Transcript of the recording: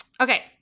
okay